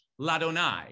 ladonai